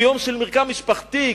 כיום של מרקם משפחתי,